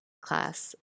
class